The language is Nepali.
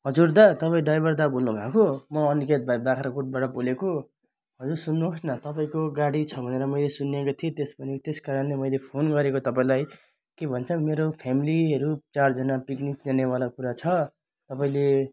हजुर दा तपाईँ ड्राइभर दा बोल्नुभएको म अनिकेत भाइ बाग्राकोटबाट बोलेको हजुर सुन्नुहोस् न तपाईँको गाडी छ भनेर मैले सुनेको थिएँ त्यस पनि त्यस कारणले मैले फोन गरेको तपाईँलाई के भन्छ मेरो फ्यामिलीहरू चारजना पिक्निक खेल्नेवाला कुरा छ तपाईँले